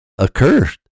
Accursed